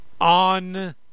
on